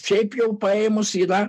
šiaip jau paėmus yra